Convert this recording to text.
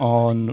on